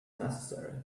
necessary